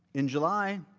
in july,